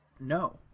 no